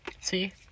see